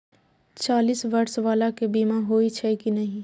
चालीस बर्ष बाला के बीमा होई छै कि नहिं?